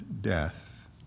death